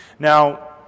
Now